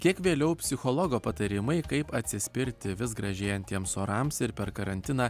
kiek vėliau psichologo patarimai kaip atsispirti vis gražėjantiems orams ir per karantiną